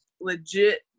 legit